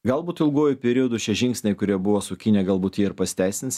galbūt ilguoju periodu šie žingsniai kurie buvo su kinija galbūt jie ir pasiteisins